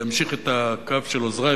אמשיך את הקו של עוזרי,